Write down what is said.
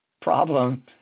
problem